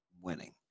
winning